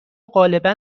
غالبا